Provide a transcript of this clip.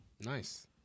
Nice